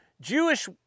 Jewish